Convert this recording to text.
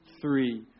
three